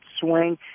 swing